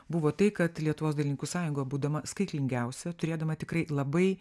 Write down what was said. buvo tai kad lietuvos dailininkų sąjunga būdama skaitlingiausia turėdama tikrai labai